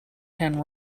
ken